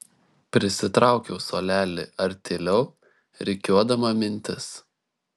prisitraukiau suolelį artėliau rikiuodama mintis